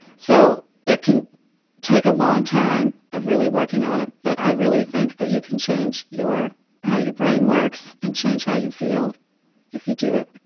so it can take a long time of really working on it but i really think that you can change your how your brain works and change how you feel if you do it.